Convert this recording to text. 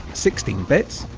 sixteen bits,